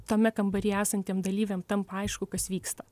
tame kambaryje esantiem dalyviam tampa aišku kas vyksta